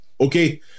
okay